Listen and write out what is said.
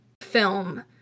film